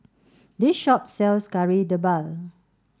this shop sells Kari Debal